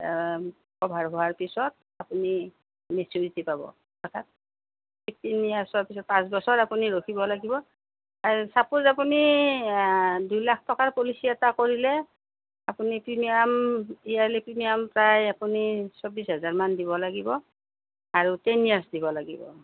cover হোৱাৰ পিছত আপুনি মিচিউৰিটি পাব অৰ্থাৎ ফিফ্টিন ইয়াৰ্ছৰ পাছত পাঁচ বছৰ আপুনি ৰখিব লাগিব চাপজ আপুনি দুইলাখ টকাৰ পলিচি এটা কৰিলে আপুনি প্ৰিমিয়াম ইয়াৰ্লি প্ৰিমিয়াম প্ৰায় আপুনি চৌবিছ হাজাৰমান দিব লাগিব আৰু টেন ইয়াৰ্ছ দিব লাগিব